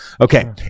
okay